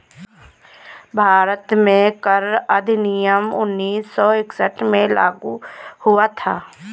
भारत में कर अधिनियम उन्नीस सौ इकसठ में लागू हुआ था